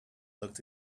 looked